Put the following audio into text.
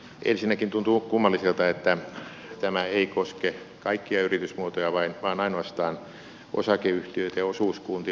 ensinnäkin tuntuu kummalliselta että tämä ei koske kaikkia yritysmuotoja vaan ainoastaan osakeyhtiöitä ja osuuskuntia